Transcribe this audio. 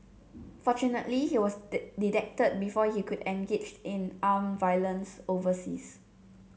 fortunately he was detected before he could engage in armed violence overseas